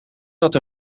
dat